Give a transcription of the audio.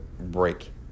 break